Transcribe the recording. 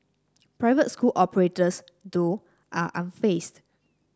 private school operators though are unfazed